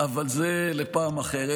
אבל זה לפעם אחרת.